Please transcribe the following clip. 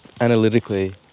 Analytically